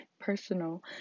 personal